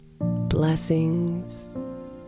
Blessings